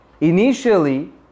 initially